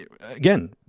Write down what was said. Again